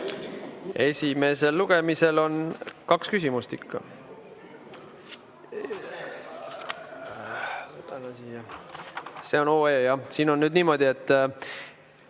Esimesel lugemisel on kaks küsimust ikka. See on OE, jah. Siin on nüüd niimoodi, et ...